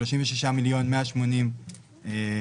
36.180 מיליון שקלים.